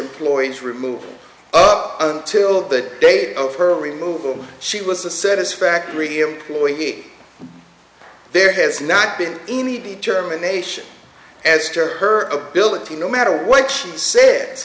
employees remove up until the day of her remove them she was a satisfactory employee there has not been any determination as to her ability no matter what she said